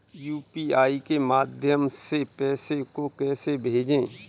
UPI के माध्यम से पैसे को कैसे भेजें?